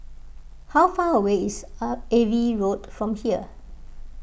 how far away is a Ava Road from here